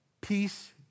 Peace